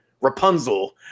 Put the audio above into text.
Rapunzel